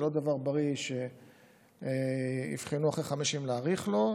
זה לא דבר בריא שיבחנו אחרי חמש אם להאריך לו,